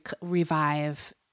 revive